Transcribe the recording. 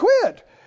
quit